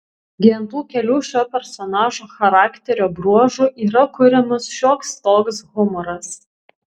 gi ant tų kelių šio personažo charakterio bruožų yra kuriamas šioks toks humoras